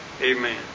Amen